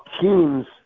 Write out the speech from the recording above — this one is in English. teams